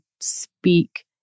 speak